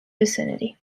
vicinity